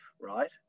right